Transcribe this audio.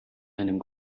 einem